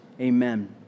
amen